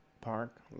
Park